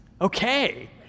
Okay